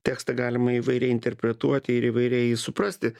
tekstą galima įvairiai interpretuoti ir įvairiai jį suprasti